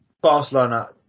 Barcelona